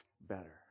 better